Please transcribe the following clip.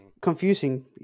confusing